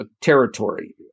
territory